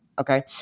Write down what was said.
Okay